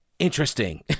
interesting